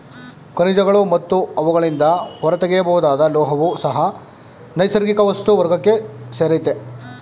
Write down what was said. ಖನಿಜಗಳು ಮತ್ತು ಅವುಗಳಿಂದ ಹೊರತೆಗೆಯಬಹುದಾದ ಲೋಹವೂ ಸಹ ನೈಸರ್ಗಿಕ ವಸ್ತು ವರ್ಗಕ್ಕೆ ಸೇರಯ್ತೆ